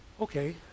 Okay